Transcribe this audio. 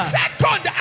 second